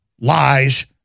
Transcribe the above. lies